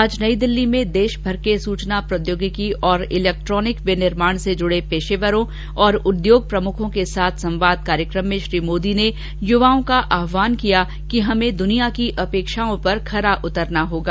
आज नई दिल्ली में देशभर के सूचना प्रौद्योगिकी और इलेक्ट्रॉनिक विनिर्माण से जुड़े पेशेवरों और उद्योग प्रमुखों के साथ संवाद कार्यकम में श्री मोदी ने युवाओं का आहवान किया कि हमें दुनिया की अपेक्षाओं पर खरा उतरना होगा